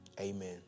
Amen